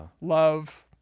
Love